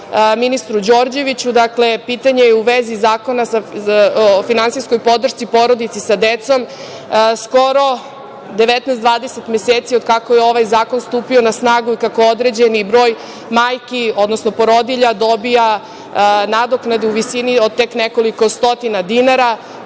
ministru Đorđeviću, dakle, pitanje je u vezi Zakona o finansijskoj podršci porodici sa decom, skoro 19, 20 meseci kako je ovaj zakon stupio na snagu, kako određeni broj majki, odnosno porodilja dobija nadoknadu u visini od tek nekoliko stotina dinara.